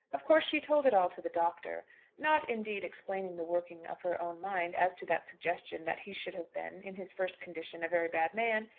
of course she told it all to the doctor not indeed explaining the working of her own mind as to that suggestion that he should have been, in his first condition, a very bad man,